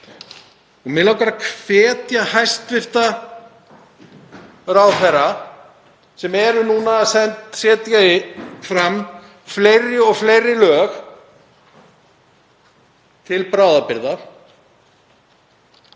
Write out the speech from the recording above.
Mig langar að hvetja hæstv. ráðherra sem eru núna að leggja fram fleiri og fleiri lög til bráðabirgða